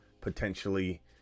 potentially